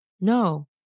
No